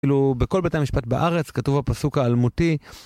כאילו בכל בית המשפט בארץ כתוב הפסוק העלמותי.